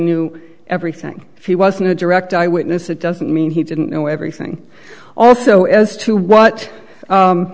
knew everything if he wasn't a direct eyewitness it doesn't mean he didn't know everything also as to what